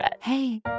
Hey